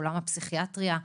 עולם הפסיכיאטריה,